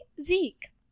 Zeke